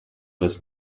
des